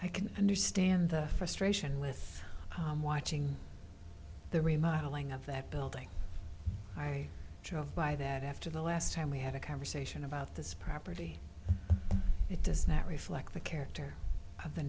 i can understand the frustration with watching the remodelling of that building i just buy that after the last time we had a conversation about this property it does not reflect the character of the